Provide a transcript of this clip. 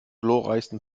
glorreichsten